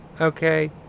Okay